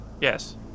Yes